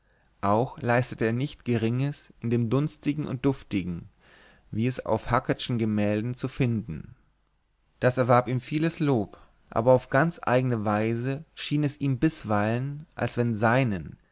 auch leistete er nicht geringes in dem dunstigen und duftigen wie es auf hackertschen gemälden zu finden das erwarb ihm vieles lob aber auf ganz eigene weise schien es ihm bisweilen als wenn seinen